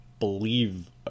believe